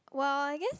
well I guess